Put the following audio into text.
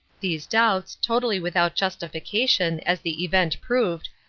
these doubts, totally without justification as the event proved,